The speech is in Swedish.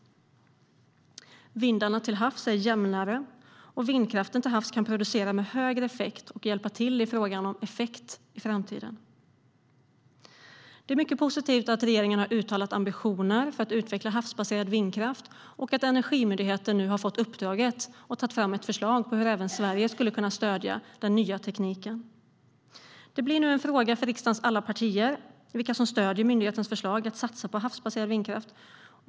Vindarna till havs är jämnare, och vindkraft till havs kan producera med högre effekt och hjälpa till i fråga om effekt i framtiden. Det är mycket positivt att regeringen har uttalat ambitioner för att utveckla havsbaserad vindkraft och att Energimyndigheten nu har fått uppdraget att ta fram ett förslag på hur även Sverige skulle kunna stödja den nya tekniken. Det blir nu en fråga för riksdagens alla partier vilka som stöder myndighetens förslag att satsa på havsbaserad vindkraft.